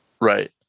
Right